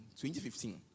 2015